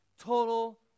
total